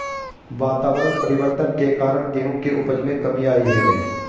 वातावरण परिवर्तन के कारण गेहूं की उपज में कमी आई है